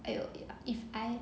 !aiyo! !aiya! if I